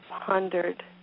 pondered